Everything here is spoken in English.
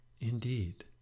Indeed